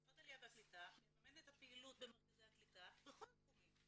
משרד העלייה והקליטה מממן את הפעילות במרכזי הקליטה בכל התחומים.